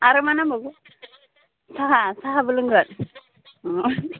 आरो मा नांबावगौ साहा साहाबो लोंगोन अ